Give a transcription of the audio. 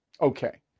Okay